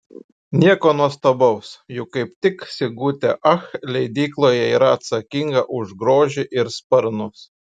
nieko nuostabaus juk kaip tik sigutė ach leidykloje yra atsakinga už grožį ir sparnus